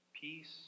peace